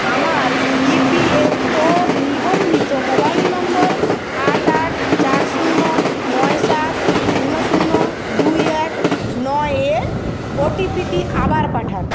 আমার ইপিএফও নিবন্ধিত mobile number আট আট চার শূন্য নয় সাত শূন্য শূন্য দুই এক নয় এ ওটিপিটি আবার পাঠান